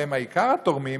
שהן עיקר התורמות,